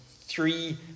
three